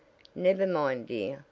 never mind dear.